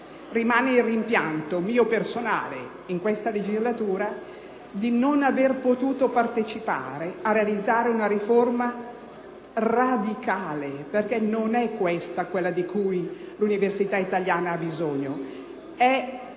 Rimane il rimpianto, mio personale, in questa legislatura, di non aver potuto partecipare alla realizzazione di una riforma radicale, perche´ non equesta quella di cui l’universita italiana ha bisogno.